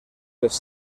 les